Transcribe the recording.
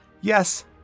Yes